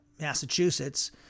Massachusetts